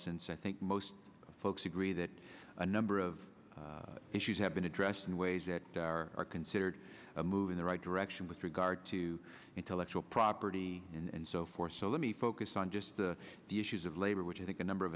since i think most folks agree that a number of issues have been addressed in ways that are considered a move in the right direction with regard to intellectual property and so forth so let me focus on just the the issues of labor which i think a number of